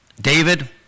David